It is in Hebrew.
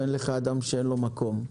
ואין לך דבר שאין לו מקום".